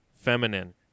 feminine